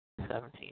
seventeen